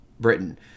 Britain